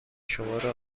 شمارو